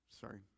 Sorry